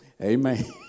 Amen